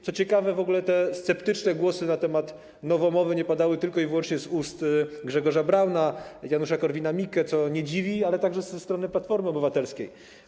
Co ciekawe, te sceptyczne głosy na temat nowomowy nie padały tylko i wyłącznie z ust Grzegorza Brauna, Janusza Korwin-Mikkego, co nie dziwi, ale także ze strony posłów Platformy Obywatelskiej.